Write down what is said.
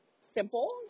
simple